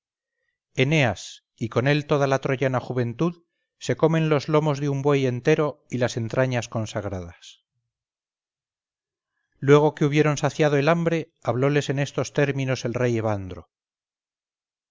eneas y con él toda la troyana juventud se comen los lomos de un buey entero y las entrañas consagradas luego que hubieron saciado el hambre habloles en estos términos el rey evandro